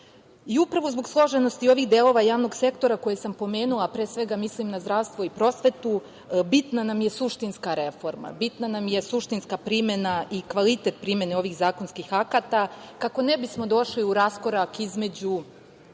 Upravo zbog složenosti ovih delova javnog sektora koje sam pomenula, pre svega mislim na zdravstvo i prosvetu, bitna nam je suštinska reforma, bitna nam je suštinska primena i kvalitet primene ovih zakonskih akata, kako ne bismo došli u raskorak između